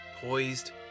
poised